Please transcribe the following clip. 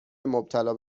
مبتلا